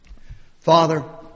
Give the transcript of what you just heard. Father